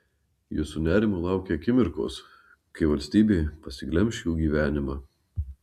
ji su nerimu laukė akimirkos kai valstybė pasiglemš jų gyvenimą